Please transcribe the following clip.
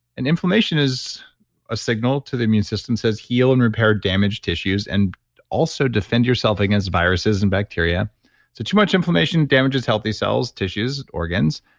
and inflammation is a signal to the immune system that says heal and repair damaged tissues and also defend yourself against viruses and bacteria so too much inflammation damages healthy cells, tissues, organs,